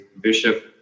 Bishop